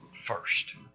first